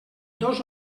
dos